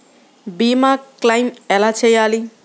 భీమ క్లెయిం ఎలా చేయాలి?